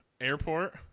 airport